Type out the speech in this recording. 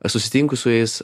susitinku su jais